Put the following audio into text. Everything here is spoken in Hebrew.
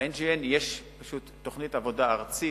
ב-NGN יש תוכנית עבודה ארצית,